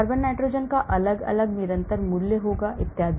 carbon nitrogen का अलग अलग निरंतर मूल्य होगा इत्यादि